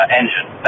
engine